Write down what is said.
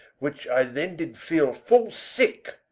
which i then did feele full sicke,